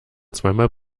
zweimal